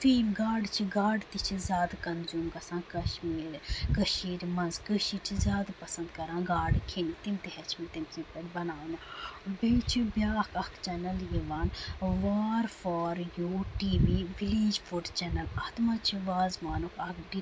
گاڈٕ چھِ گاڈٕ تہِ چھِ زیادٕ کَنزوٗم گژھان کَشمیٖر کٔشیٖرِ منٛز کٲشِر چھِ زیادٕ پَسند کران گاڈٕ کھٮ۪نہِ تِم تہِ ہٮ۪چھ مےٚ تٔمۍ سٕندۍ پٮ۪ٹھ بَناونہِ بیٚیہِ چھُ بیاکھ اکھ چنَل یِوان وار for you TV village food channel اَتھ منٛز چھُ وازوانُک اکھ ڈِٹیلٕڈ ویٖڈیو